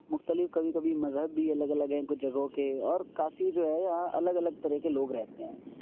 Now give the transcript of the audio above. مختلف کبھی کبھی مذہب بھی الگ الگ ہیں کچھ جگہوں کے اور کافی جو ہے یہاں الگ الگ طرح کے لوگ رہتے ہیں